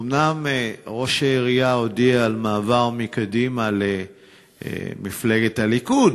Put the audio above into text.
אומנם ראש העירייה הודיע על מעבר מקדימה למפלגת הליכוד,